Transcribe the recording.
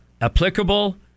applicable